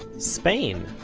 spain.